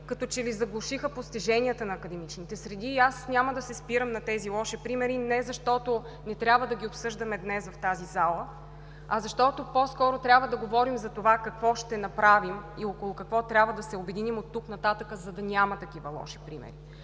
като че ли заглушиха постиженията на академичните среди. Аз няма да се спирам на тези лоши примери не защото не трябва да ги обсъждаме днес в тази зала, а защото по-скоро трябва да говорим за това – какво ще направим и около какво трябва да се обединим от тук нататък, за да няма такива лоши примери.